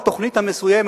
התוכנית המסוימת,